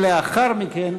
ולאחר מכן,